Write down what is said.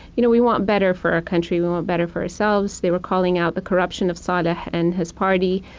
you know we want better for our country. we want better for ourselves. they were calling out the corruption of saleh and his party.